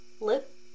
lip